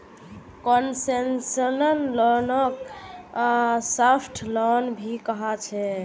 concessional लोनक soft loan भी कह छे